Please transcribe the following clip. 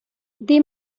they